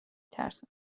ترسم